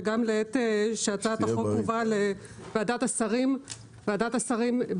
שגם כשהצעת החוק הובאה לוועדת השרים,